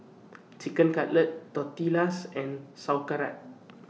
Chicken Cutlet Tortillas and Sauerkraut